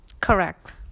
Correct